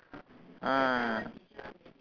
mm